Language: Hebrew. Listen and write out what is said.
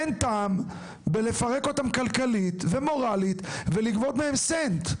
אין טעם בלפרק אותם כלכלית ומורלית ולגבות מהם סנט,